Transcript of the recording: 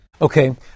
Okay